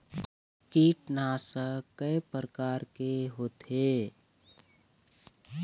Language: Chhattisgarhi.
कीटनाशक कय प्रकार के होथे?